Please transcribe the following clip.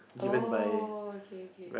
oh okay okay